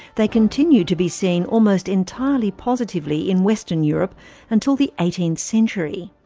they continued to be seen almost entirely positively in western europe until the eighteenth century.